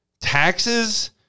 taxes